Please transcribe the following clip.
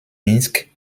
minsk